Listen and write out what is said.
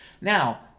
Now